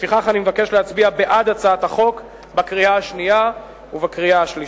לפיכך אני מבקש להצביע בעד הצעת החוק בקריאה שנייה ובקריאה שלישית.